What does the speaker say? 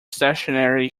stationery